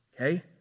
Okay